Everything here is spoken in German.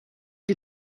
die